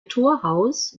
torhaus